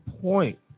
point